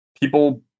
people